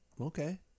Okay